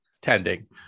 tending